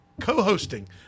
co-hosting